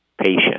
patient